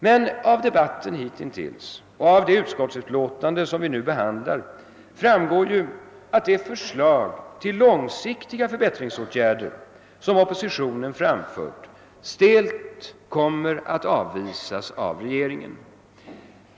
Men av debatten hitintills och av det utskottsutlåtande, som vi nu behandlar, framgår att det förslag till långsiktiga förbättringsåtgärder, som oppositionen framfört, stelt kommer alt avvisas av regeringen.